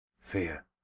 Fear